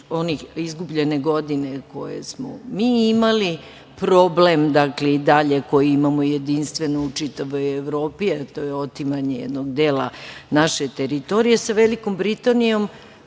izgubljene godine koje smo mi imali, problem i dalje koji imamo jedinstven u čitavoj Evropi, a to je otimanje jednog dela naše teritorije, sa Velikom Britanijom